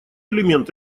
элемент